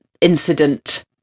incident